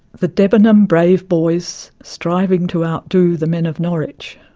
the debenham brave boys striving to outdo the men of norwich.